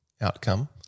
outcome